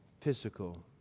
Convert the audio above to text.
physical